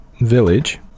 village